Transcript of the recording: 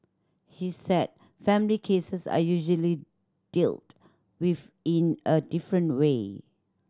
he said family cases are usually dealt with in a different way